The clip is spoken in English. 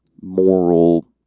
moral